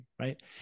Right